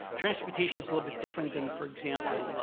transportation's a little bit different than, for example,